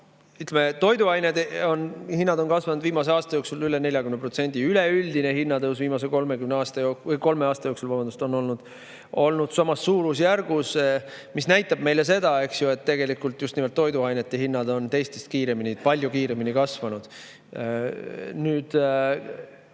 Toiduainete hinnad on kasvanud viimase aasta jooksul üle 40%. Üleüldine hinnatõus viimase kolme aasta jooksul on olnud samas suurusjärgus, mis näitab seda, et tegelikult just nimelt toiduainete hinnad on teistest [hindadest] palju kiiremini kasvanud. Me